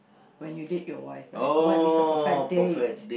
when you date your wife right what is the perfect date